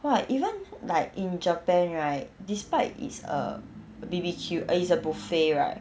!wah! even like in japan right despite it's uh B_B_Q uh it's a buffet right